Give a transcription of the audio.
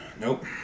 Nope